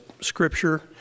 scripture